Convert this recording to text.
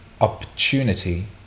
opportunity